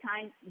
time